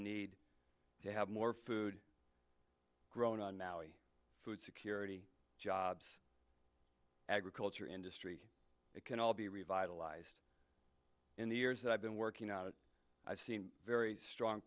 need to have more food grown on maui food security jobs agriculture industry it can all be revitalized in the years that i've been working out i've seen very strong